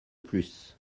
plus